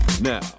now